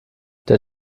der